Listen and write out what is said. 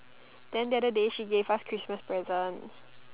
then the other day she gave us Christmas present